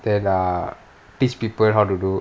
then err teach people how to do